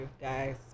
guys